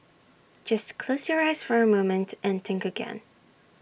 just close your eyes for A moment and think again